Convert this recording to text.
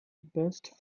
best